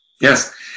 Yes